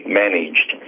managed